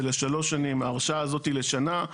זה לשלוש שנים ההרשאה הזאת היא לשנה.